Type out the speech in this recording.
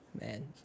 man